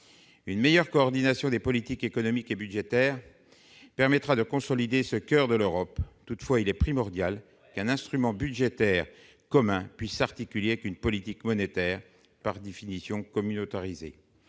une meilleure coordination des politiques économiques et budgétaires permettra de consolider ce coeur de l'Europe, toutefois, il est primordial qu'un instrument budgétaire commun puisse s'articuler avec une politique monétaire par définition communautariser